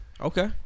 okay